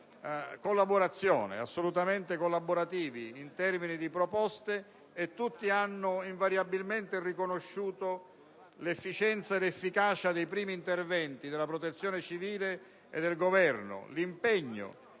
sono stati assolutamente collaborativi in termini di proposte e tutti hanno invariabilmente riconosciuto l'efficienza e l'efficacia dei primi interventi della Protezione civile e del Governo, nonché l'impegno